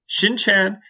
Shinchan